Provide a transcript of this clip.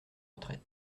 retraite